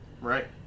Right